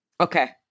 Okay